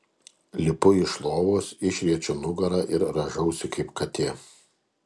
lipu iš lovos išriečiu nugarą ir rąžausi kaip katė